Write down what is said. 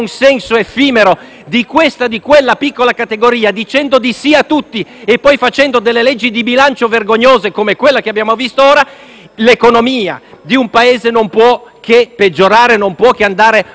di questa o di quella piccola categoria, dicendo di sì a tutti e poi facendo delle leggi di bilancio vergognose come quella che abbiamo visto di recente, l'economia di un Paese non può che peggiorare e non può che andare molto male.